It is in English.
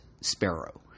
Sparrow